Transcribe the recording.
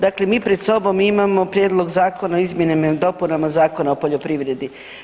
Dakle, mi pred sobom imamo Prijedlog Zakona o izmjenama i dopunama Zakona o poljoprivredi.